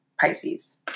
pisces